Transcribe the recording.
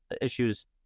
issues